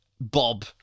Bob